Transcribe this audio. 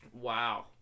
Wow